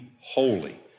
holy